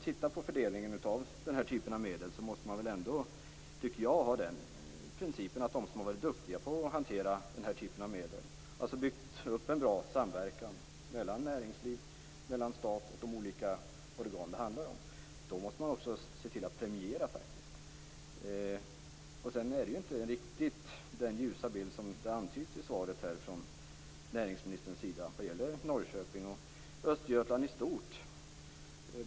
Vid fördelningen av den här typen av medel tycker jag att man måste följa principen att premiera dem som har varit duktiga på att hantera den här typen av medel och som har byggt upp en bra samverkan mellan näringslivet, staten och de olika organ som det handlar om. Jag har inte riktigt samma ljusa bild som näringsministern i sitt svar har givit av Norrköping och Östergötland i stort.